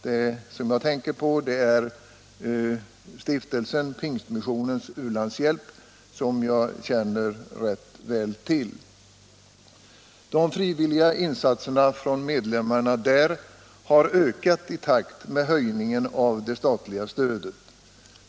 Det som jag tänker på är Stiftelsen Pingstmissionens u-landshjälp, som jag känner rätt väl till. De frivilliga insatserna från medlemmarna där har ökat i takt med höjningen av det statliga stödet.